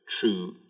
true